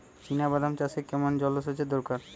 চিনাবাদাম চাষে কেমন জলসেচের দরকার?